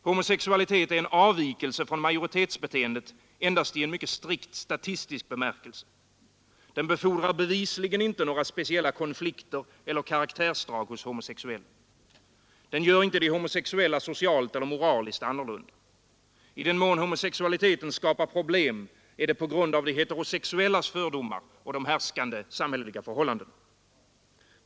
Homosexualitet är en avvikelse från majoritetsbeteendet endast i en mycket strikt statistisk bemärkelse. Den befordrar bevisligen inte några speciella konflikter eller karaktärsdrag hos de homosexuella. Den gör inte de homosexuella socialt eller moraliskt annorlunda. I den mån homosexualiteten skapar problem är det på grund av de heterosexuellas fördomar och de härskande samhälleliga förhållandena.